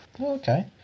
okay